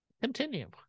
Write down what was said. Continue